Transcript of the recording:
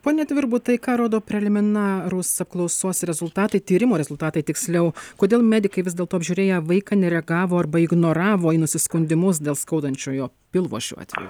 pone tvirbutai ką rodo preliminarūs apklausos rezultatai tyrimo rezultatai tiksliau kodėl medikai vis dėlto apžiūrėję vaiką nereagavo arba ignoravo į nusiskundimus dėl skaudančiojo pilvo šiuo atveju